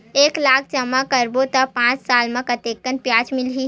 एक लाख जमा करबो त पांच साल म कतेकन ब्याज मिलही?